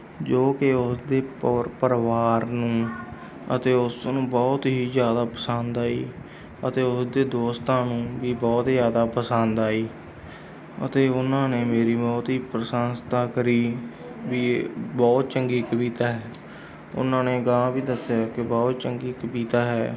ਜੋ ਕਿ ਉਸਦੇ ਔਰ ਪਰਿਵਾਰ ਨੂੰ ਅਤੇ ਉਸ ਨੂੰ ਬਹੁਤ ਹੀ ਜ਼ਿਆਦਾ ਪਸੰਦ ਆਈ ਅਤੇ ਉਹਦੇ ਦੋਸਤਾਂ ਨੂੰ ਵੀ ਬਹੁਤ ਜ਼ਿਆਦਾ ਪਸੰਦ ਆਈ ਅਤੇ ਉਹਨਾਂ ਨੇ ਮੇਰੀ ਬਹੁਤ ਹੀ ਪ੍ਰਸੰਸਤਾ ਕਰੀ ਵੀ ਇਹ ਬਹੁਤ ਚੰਗੀ ਕਵਿਤਾ ਹੈ ਉਹਨਾਂ ਨੇ ਗਹਾਂ ਵੀ ਦੱਸਿਆ ਕਿ ਬਹੁਤ ਚੰਗੀ ਕਵਿਤਾ ਹੈ